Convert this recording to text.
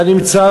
אתה נמצא